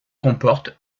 comporte